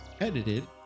Edited